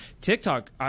TikTok